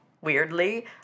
Weirdly